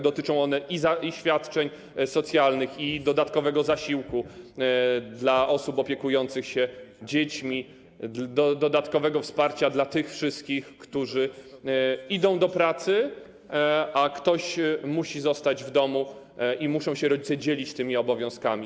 Dotyczą one i świadczeń socjalnych, i dodatkowego zasiłku dla osób opiekujących się dziećmi, dodatkowego wsparcia dla tych wszystkich, którzy idą do pracy, a ktoś musi zostać w domu i rodzice muszą się dzielić tymi obowiązkami.